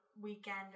weekend